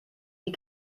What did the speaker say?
wie